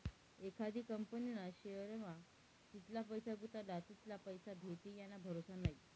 एखादी कंपनीना शेअरमा जितला पैसा गुताडात तितला परतावा भेटी याना भरोसा नै